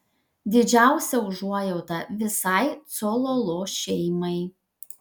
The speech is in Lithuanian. didžiausia užuojauta visai cololo šeimai